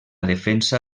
defensa